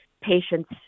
patients